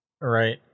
Right